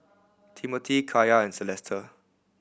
Timmothy Kaya and Celesta